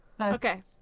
Okay